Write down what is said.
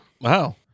wow